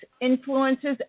influences